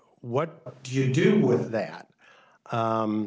what do you do with that